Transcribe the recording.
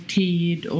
tid